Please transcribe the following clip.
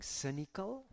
cynical